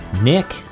Nick